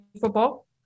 football